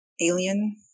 alien